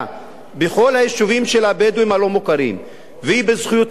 הלא-מוכרים של הבדואים ובזכויותיהם על קרקעותיהם,